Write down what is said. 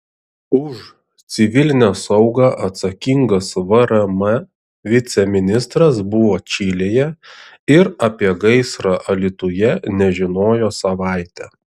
už civilinę saugą atsakingas vrm viceministras buvo čilėje ir apie gaisrą alytuje nežinojo savaitę